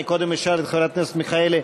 קודם אשאל את חברת הכנסת מיכאלי.